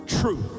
truth